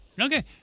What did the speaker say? Okay